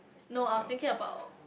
no I was thinking about